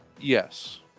Yes